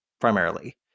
primarily